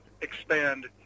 expand